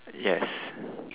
yes